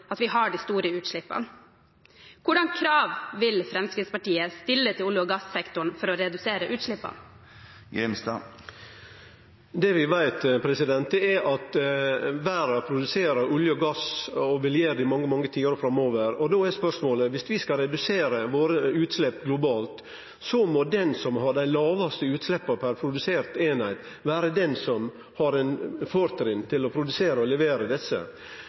vi har de store utslippene. Hvilke krav vil Fremskrittspartiet stille til olje- og gassektoren for å redusere utslippene? Det vi veit, er at verda produserer olje og gass og vil gjere det i mange, mange tiår framover. Viss vi skal redusere utsleppa globalt, må den som har dei lågaste utsleppa per produsert eining, ha fortrinn til å produsere og levere.